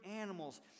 animals